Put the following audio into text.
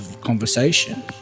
conversation